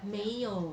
没有